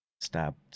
stabbed